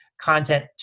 content